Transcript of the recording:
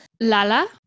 Lala